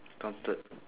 counted